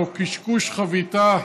או קשקוש חביתה,